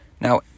Now